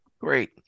Great